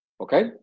Okay